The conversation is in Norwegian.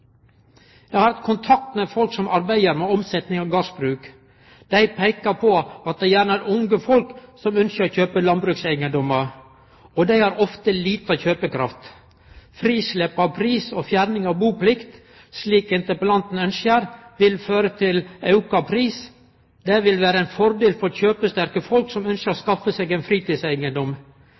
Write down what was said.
Eg har hatt kontakt med folk som arbeider med omsetning av gardsbruk. Dei peikar på at det gjerne er unge folk som ønskjer å kjøpe landbrukseigedomar, og dei har ofte lita kjøpekraft. Frislepp av pris og fjerning av buplikt, slik interpellanten ønskjer, vil føre til auka pris. Det vil vere ein fordel for kjøpesterke folk som ønskjer å skaffe seg ein fritidseigedom.